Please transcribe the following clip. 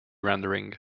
rendering